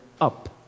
up